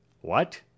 What